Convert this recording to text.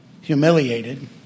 humiliated